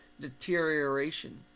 deterioration